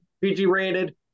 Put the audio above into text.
PG-rated